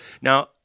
now